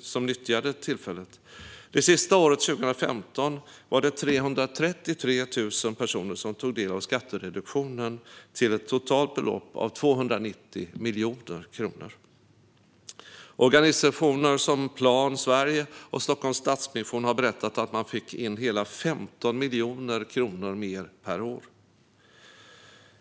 som nyttjade tillfället. Det sista året, 2015, var det 333 000 personer som tog del av skattereduktionen till ett totalt belopp av 290 miljoner kronor. Organisationer som Plan Sverige och Stockholms Stadsmission har berättat att man fick in hela 15 miljoner kronor mer per år.